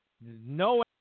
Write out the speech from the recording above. No